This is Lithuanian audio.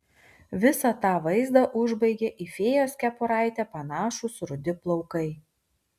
visą tą vaizdą užbaigė į fėjos kepuraitę panašūs rudi plaukai